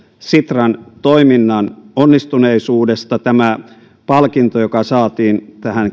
sitran toiminnan onnistuneisuudesta tämä palkinto joka saatiin